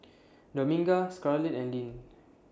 Dominga Scarlet and Lyn